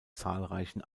zahlreichen